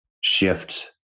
shift